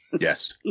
Yes